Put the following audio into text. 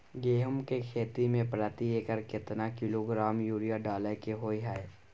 गेहूं के खेती में प्रति एकर केतना किलोग्राम यूरिया डालय के होय हय?